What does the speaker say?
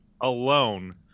alone